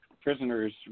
prisoners